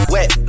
Wet